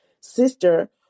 sister